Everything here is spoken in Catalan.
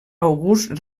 august